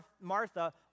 Martha